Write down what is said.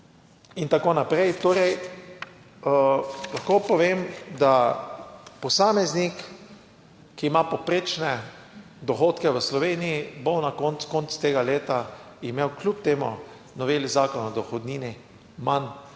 in tako naprej. Torej lahko povem, da posameznik, ki ima povprečne dohodke v Sloveniji, bo na koncu koncev tega leta imel kljub tej noveli Zakona o dohodnini manj.